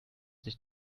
sich